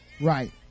Right